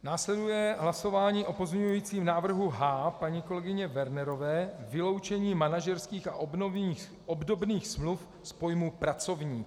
Následuje hlasování o pozměňujícím návrhu H paní kolegyně Wernerové, vyloučení manažerských a obdobných smluv z pojmu pracovník.